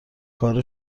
کار